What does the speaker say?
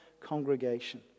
congregation